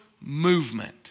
movement